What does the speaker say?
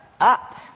up